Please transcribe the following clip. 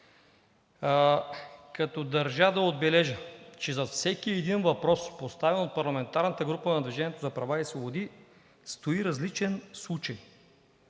ден. Държа да отбележа, че зад всеки един въпрос, поставен от парламентарната група на „Движение за права и свободи“, стои различен случай,